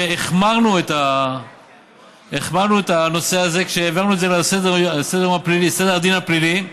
והחמרנו את הנושא הזה כשהעברנו את זה לסדר הדין הפלילי,